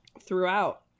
Throughout